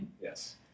Yes